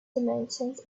dimensions